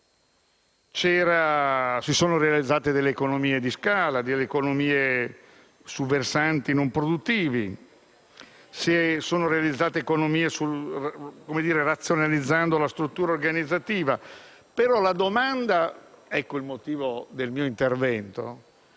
Si sono realizzate delle economie di scala, su versanti non produttivi. Si sono realizzate economie razionalizzando la struttura organizzativa, però la domanda - ecco il motivo del mio intervento